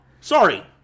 Sorry